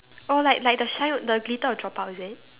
oh like like the shine the glitter will drop out is it